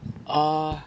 err